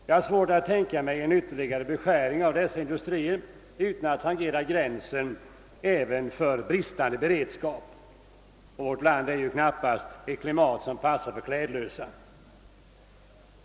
Jag har svårt att tänka mig en ytterligare beskärning av dessa industrier utan att man tangerar gränsen även för bristande beredskap — och vårt land har ju knappast ett klimat som passar klädlösa.